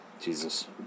Jesus